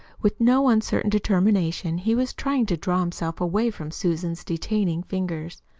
with no uncertain determination, he was trying to draw himself away from susan's detaining fingers.